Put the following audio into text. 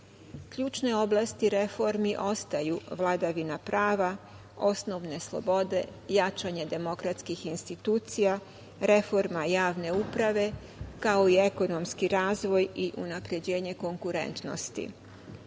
EU.Ključne oblasti reformi ostaju vladavina prava, osnovne slobode, jačanje demokratskih institucija, reforma javne uprave, kao i ekonomski razvoj i unapređenje konkurentnosti. Proces